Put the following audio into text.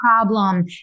problem